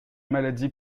maladie